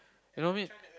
you know me